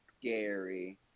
scary